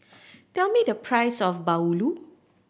tell me the price of bahulu